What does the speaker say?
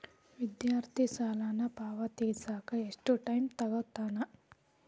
ವಿದ್ಯಾರ್ಥಿ ಸಾಲನ ಪಾವತಿಸಕ ಎಷ್ಟು ಟೈಮ್ ತೊಗೋತನ